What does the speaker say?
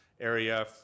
area